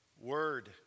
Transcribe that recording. word